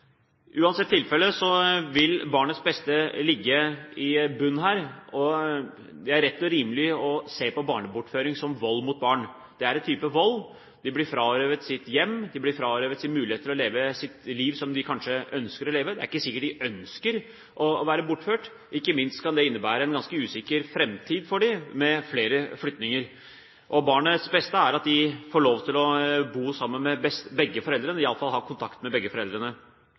Uansett hva som er tilfelle, vil barnets beste ligge i bunnen her. Det er rett og rimelig å se på barnebortføring som vold mot barn. Det er en type vold. De blir frarøvet sitt hjem, og de blir frarøvet muligheten til å leve sitt liv slik som de ønsker å leve det. Det er ikke sikkert de ønsker å være bortført, ikke minst kan det innebære en ganske usikker framtid for barna, med flere flyttinger. Barnets beste er at barnet får lov til å bo sammen med begge foreldrene, iallfall ha kontakt med begge foreldrene.